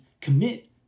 commit